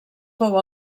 fou